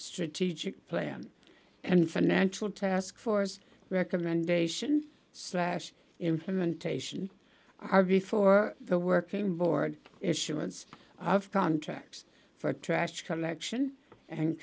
strategic plan and financial task force recommendation slash implementation are before the work in board issuance of contracts for trash collection and